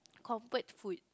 comfort food